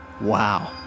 Wow